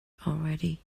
already